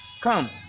come